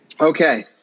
Okay